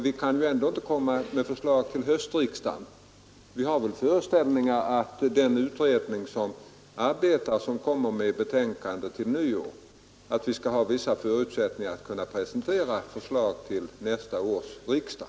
Vi kan inte komma med förslag till höstriksdagen, men vi har föreställt oss att eftersom den utredning som arbetar väntas framlägga sitt betänkande till nyår skall vi ha vissa förutsättningar att presentera förslag till nästa års riksdag.